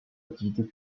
activités